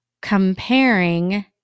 comparing